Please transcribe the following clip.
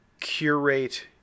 curate